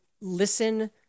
listen